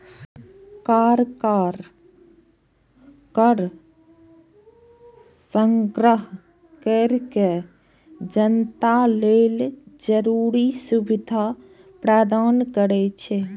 सरकार कर संग्रह कैर के जनता लेल जरूरी सुविधा प्रदान करै छै